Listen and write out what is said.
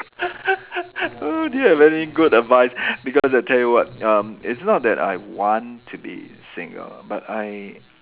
oh do you have any good advice because I tell you what um it's not that I want to be single but I